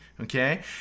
Okay